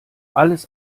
alles